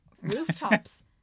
Rooftops